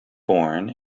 born